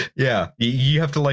yeah. you have to, like